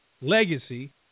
legacy